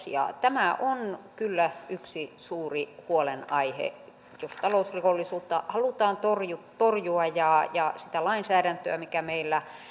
ja oikeuslaitokseen tämä on kyllä yksi suuri huolenaihe jos talousrikollisuutta halutaan torjua torjua ja ja käyttää sitä lainsäädäntöä mikä meillä